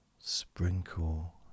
sprinkle